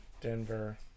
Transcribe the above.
Denver